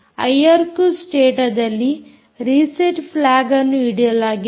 IRQ ಸ್ಟೇಟದಲ್ಲಿ reset flag ಅನ್ನು ಇಡಲಾಗಿದೆ